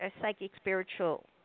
psychic-spiritual